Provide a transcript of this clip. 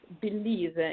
believe